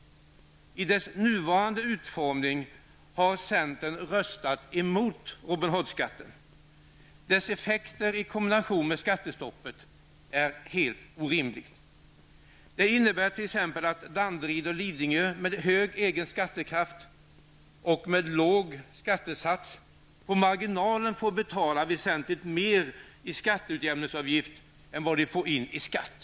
I dess nuvarande utformning har centern röstat emot Robin Hood-skatten. Dess effekter i kombination med skattestoppet är helt orimliga. Det innebär t.ex. att Danderyd och Lidingö, med hög egen skattekraft och med låg skattesats, på marginalen får betala väsentligt mer i skatteutjämningsavgift än vad de får in i skatt.